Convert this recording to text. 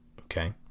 okay